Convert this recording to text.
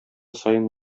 саен